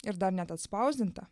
ir dar net atspausdinta